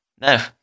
No